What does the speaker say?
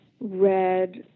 red